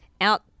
out